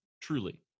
truly